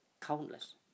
countless